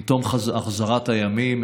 עם תום החזרת הימים,